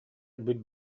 өлбүт